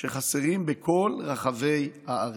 שחסרים בכל רחבי הארץ.